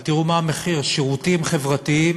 אבל תראו מה המחיר, שירותים חברתיים